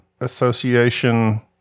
Association